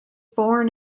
born